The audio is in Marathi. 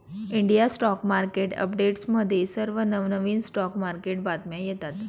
इंडिया स्टॉक मार्केट अपडेट्समध्ये सर्व नवनवीन स्टॉक मार्केट बातम्या येतात